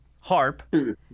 Harp